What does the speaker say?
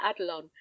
adelon